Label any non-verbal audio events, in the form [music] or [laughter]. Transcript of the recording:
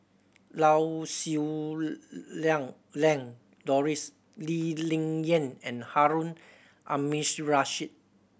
Lau Siew [unintelligible] Lang Lan Doris Lee Ling Yen and Harun Aminurrashid